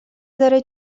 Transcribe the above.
داره